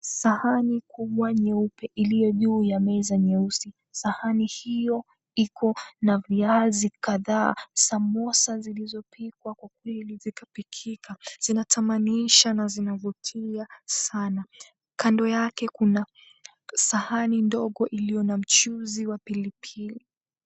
Sahani kubwa nyeupe iliyo juu ya meza nyeusi, sahani hiyo iko na viazi kadhaa, samosa zilizopikwa zikapikika zina tamanisha na zina vutia sana, kando yake kuna sahani dogo iliyo na mchuzi wa pilipili.